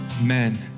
Amen